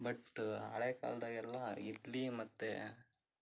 but ಹಳೆಕಾಲ್ದಾಗೆಲ್ಲ ಇದ್ಲು ಮತ್ತು